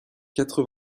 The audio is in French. quatre